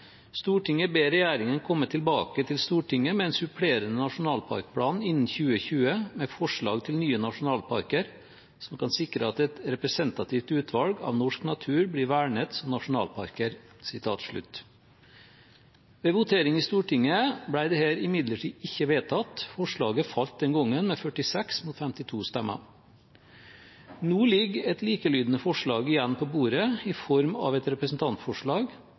ber regjeringen komme tilbake til Stortinget med en supplerende nasjonalparkplan innen 2020, med forslag til nye nasjonalparker som kan sikre at et representativt utvalg av norsk natur blir vernet som nasjonalparker.» Ved votering i Stortinget ble dette imidlertid ikke vedtatt. Forslaget falt den gangen, med 46 mot 52 stemmer. Nå ligger et likelydende forslag igjen på bordet, i form av et representantforslag,